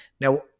now